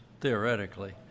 theoretically